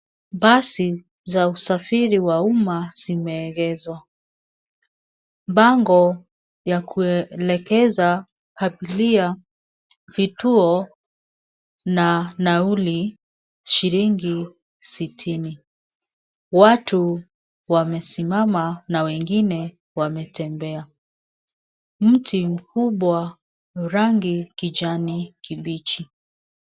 Basi za usafiri wa umma zimeegeshwa. Bango ya kuelekeza abiria vituo na nauli shillingi sitini. Watu wamesimama na wengine wametembea. Mti mkubwa rangi kijani kibichi.